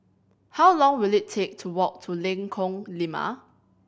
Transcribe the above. how long will it take to walk to Lengkong Lima